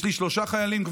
יש לי שלושה חיילים.